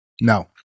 No